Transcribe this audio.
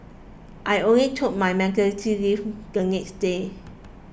I only took my maternity leave the next day